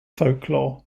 folklore